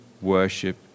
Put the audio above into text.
worship